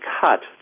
cut